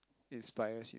inspires